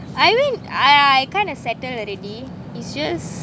I mean I I kind of settle already it's just